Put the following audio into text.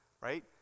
Right